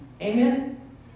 Amen